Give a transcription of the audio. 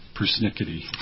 persnickety